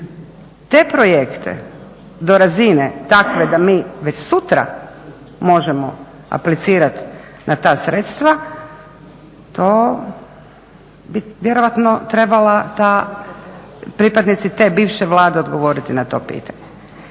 te projekte do razine takve da mi već sutra možemo aplicirati na ta sredstva to bi vjerojatno trebala ta, pripadnici te bivše Vlade odgovoriti na to pitanje.